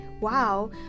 wow